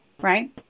Right